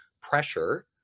pressure